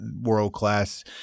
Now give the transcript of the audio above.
world-class